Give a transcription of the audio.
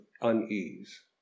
unease